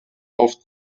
auf